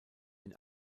den